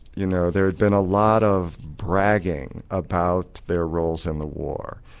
you know there'd been a lot of bragging about their roles in the war,